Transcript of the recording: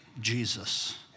Jesus